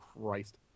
Christ